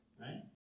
Right